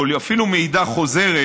או אפילו מעידה חוזרת,